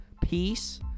peace